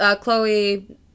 Chloe